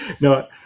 no